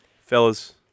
Fellas